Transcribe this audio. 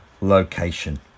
location